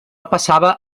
passava